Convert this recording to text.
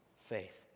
faith